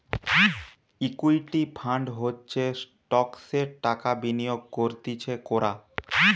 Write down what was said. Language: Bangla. ইকুইটি ফান্ড হচ্ছে স্টকসে টাকা বিনিয়োগ করতিছে কোরা